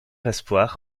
espoir